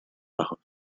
bajos